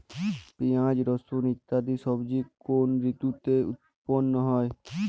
পিঁয়াজ রসুন ইত্যাদি সবজি কোন ঋতুতে উৎপন্ন হয়?